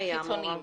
מי היה מעורב בזה?